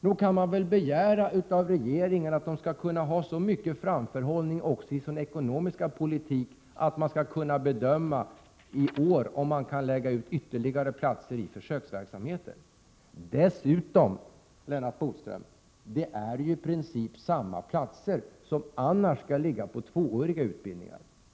Nog kan man väl begära av regeringen att den skall kunna ha så stor framförhållning också i sin ekonomiska politik att den i år kan bedöma om det går att lägga in ytterligare platser i försöksverksamheten. Dessutom, Lennart Bodström, är det i princip samma platser som i alla fall skulle ha ingått i de tvååriga utbildningarna.